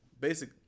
Basic